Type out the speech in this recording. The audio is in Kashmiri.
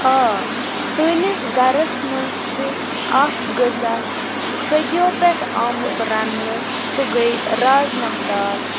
آ سٲنِس گَرَس منٛز چھِ اَکھ غذا صدِیو پٮ۪ٹھ آمُت رَننہٕ سُہ گٔیٚے رازمہ دال